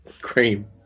cream